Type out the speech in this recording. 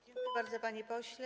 Dziękuję bardzo, panie pośle.